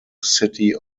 city